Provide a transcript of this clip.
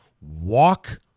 walk